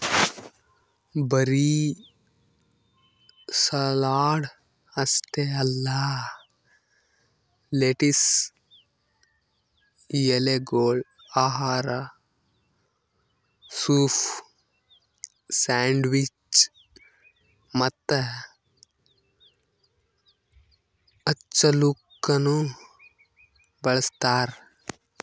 ಬರೀ ಸಲಾಡ್ ಅಷ್ಟೆ ಅಲ್ಲಾ ಲೆಟಿಸ್ ಎಲೆಗೊಳ್ ಆಹಾರ, ಸೂಪ್, ಸ್ಯಾಂಡ್ವಿಚ್ ಮತ್ತ ಹಚ್ಚಲುಕನು ಬಳ್ಸತಾರ್